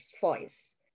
voice